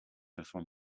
before